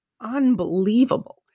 unbelievable